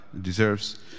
deserves